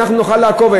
אנחנו נוכל לעקוב,